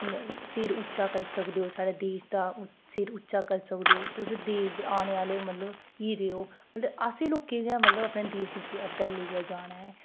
सिर उच्चा करी सकदे ओ साढ़े देश दा सिर उच्चा करी सकदे ओ तुस देश दे औने आह्ले मतलब हीरे ओ मतलब असें लोकें गै मतलब अपने देश गी अग्गें लेइयै जाना ऐ